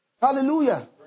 Hallelujah